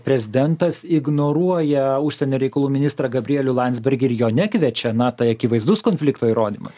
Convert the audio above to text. prezidentas ignoruoja užsienio reikalų ministrą gabrielių landsbergį ir jo nekviečia na tai akivaizdus konflikto įrodymas